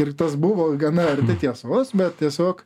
ir tas buvo gana arti tiesos bet tiesiog